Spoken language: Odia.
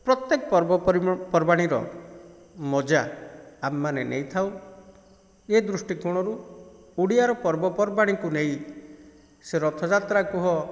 ପ୍ରତ୍ୟେକ ପର୍ବ ପର୍ବାଣିର ମଜା ଆମେମାନେ ନେଇଥାଉ ଏ ଦୃଷ୍ଟିକୋଣରୁ ଓଡ଼ିଆର ପର୍ବପର୍ବାଣିକୁ ନେଇ ସେ ରଥଯାତ୍ରା କୁହ